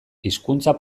hizkuntza